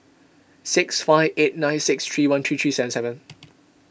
six five eight nine six three one three seven seven